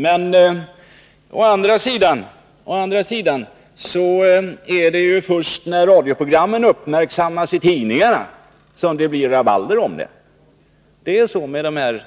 Men å andra sidan är det först när radioprogrammen uppmärksammas i tidningarna som det kan bli rabalder om dem. Så var förhållandet även med de